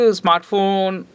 smartphone